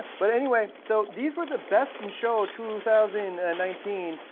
but anyway, so these were the best in show two thousand and nineteen,